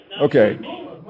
Okay